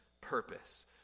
purpose